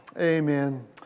Amen